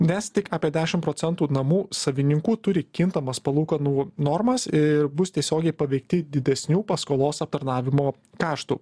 nes tik apie dešim procentų namų savininkų turi kintamas palūkanų normas ir bus tiesiogiai paveikti didesnių paskolos aptarnavimo kaštų